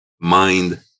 mind